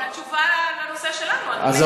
אבל התשובה בנושא שלנו, אדוני.